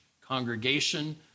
congregation